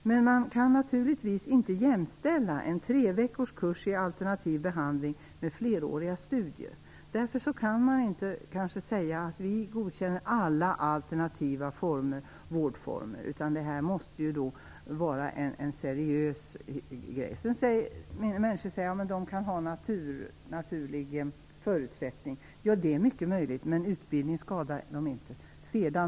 Men man kan naturligtvis inte jämställa en treveckors kurs i alternativ behandling med fleråriga studier. Därför kan man inte säga: Vi godkänner alla alternativa vårdformer. Då invänder människor att de som använder dessa behandlingsmetoder kan ha naturliga förutsättningar. Ja, det är mycket möjligt, men utbildning skadar dem inte.